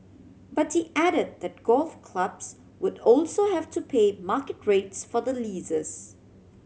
but he added that golf clubs would also have to pay market rates for the leases